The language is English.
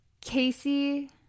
Casey